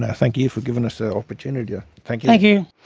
ah thank you for giving us the opportunity. ah thank like you.